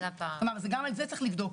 כלומר גם את זה צריך לבדוק,